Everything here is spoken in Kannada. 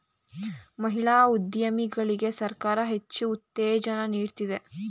ಮಹಿಳಾ ಉದ್ಯಮಿಗಳಿಗೆ ಸರ್ಕಾರ ಹೆಚ್ಚು ಉತ್ತೇಜನ ನೀಡ್ತಿದೆ